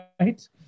right